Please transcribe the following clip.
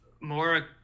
more